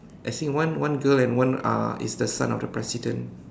as in one one girl and one uh is the son of the president